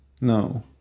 No